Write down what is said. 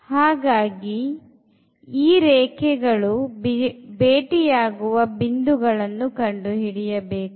ಅದಕ್ಕಾಗಿ ಈ ಎರಡು ರೇಖೆಗಳು ಭೇಟಿಯಾಗುವ ಬಿಂದುಗಳನ್ನು ಕಂಡುಹಿಡಿಯಬೇಕು